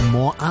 More